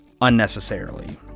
unnecessarily